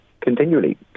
Continually